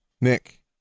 Nick